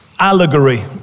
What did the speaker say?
allegory